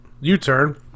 u-turn